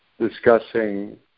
discussing